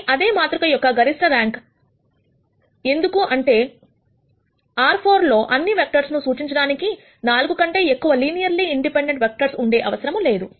కానీ అదే మాతృక యొక్క గరిష్ట ర్యాంక్ ఎందుకంటే R4 లో అన్ని వెక్టర్స్ ను సూచించడానికి 4 కంటే ఎక్కువ లినియర్లీ ఇండిపెండెంట్ వెక్టర్స్ ఉండే అవసరము లేదు